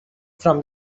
from